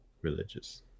religious